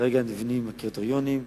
כרגע נבנים הקריטריונים,